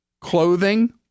Clothing